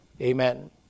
Amen